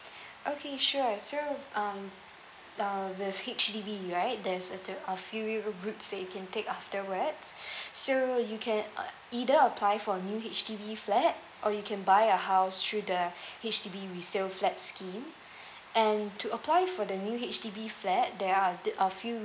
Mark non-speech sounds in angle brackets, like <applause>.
okay sure so um uh with H_D_B right there's a the~ a few routes that you can take afterwards <breath> so you can uh either apply for a new H_D_B flat or you can buy a house through the H_D_B resale flat scheme and to apply for the new H_D_B flat there are th~ a few